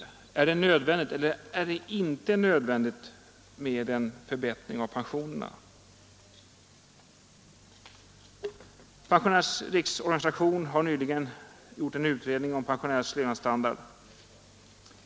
Är det eller är det inte nödvändigt med en förbättring av pensionerna? Pensionärernas riksorganisation har nyligen gjort en utredning om pensionärernas levnadsstandard.